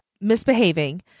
misbehaving